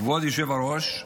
כבוד היושב-ראש,